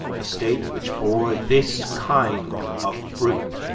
a state which bore this kind of fruit,